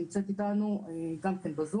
שנמצאת אתנו בזום.